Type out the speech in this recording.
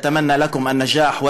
אנו מאחלים לכם הצלחה.